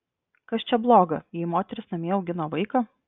kas čia bloga jei moteris namie augina vaiką